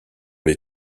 les